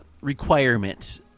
requirement